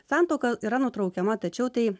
santuoka yra nutraukiama tačiau tai